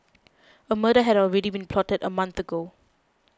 a murder had already been plotted a month ago